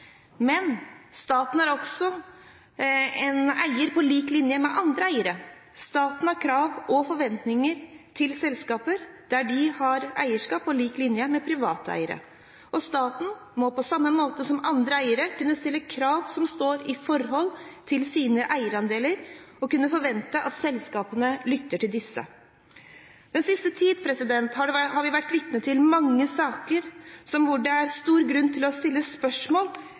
Men staten er også en eier på lik linje med andre eiere; staten har krav og forventninger til selskaper der de har eierskap, på lik linje med private eiere. Og staten må på samme måte som andre eiere kunne stille krav som står i forhold til sine eierandeler, og kunne forvente at selskapene lytter til disse. Den siste tid har vi vært vitne til mange saker hvor det er stor grunn til å stille spørsmål